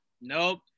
nope